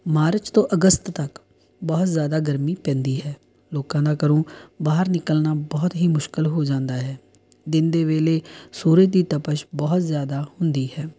March ਤੋਂ ਅਗਸਤ ਤੱਕ ਬਹੁਤ ਜ਼ਿਆਦਾ ਗਰਮੀ ਪੈਂਦੀ ਹੈ ਲੋਕਾਂ ਦਾ ਘਰੋਂ ਬਾਹਰ ਨਿਕਲਣਾ ਬਹੁਤ ਹੀ ਮੁਸ਼ਕਿਲ ਹੋ ਜਾਂਦਾ ਹੈ ਦਿਨ ਦੇ ਵੇਲੇ ਸੂਰਜ ਦੀ ਤਪਸ਼ ਬਹੁਤ ਜ਼ਿਆਦਾ ਹੁੰਦੀ ਹੈ